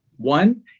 One